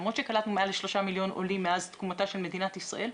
למרות שקלטנו מעל לשלושה מיליון עולים מאז תקומתה של מדינת ישראל,